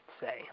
say